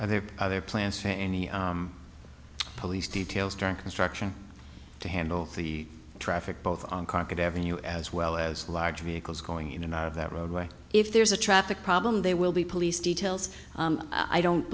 are there other plans for any police details during construction to handle the traffic both on carpet avenue as well as large vehicles going in and out of that roadway if there's a traffic problem there will be police details i don't